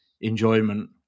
enjoyment